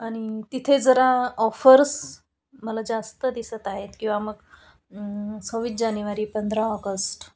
आणि तिथे जरा ऑफर्स मला जास्त दिसत आहेत किंवा मग सव्वीस जानेवारी पंधरा ऑगस्ट